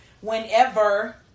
whenever